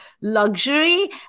luxury